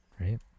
right